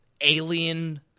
alien